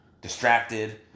distracted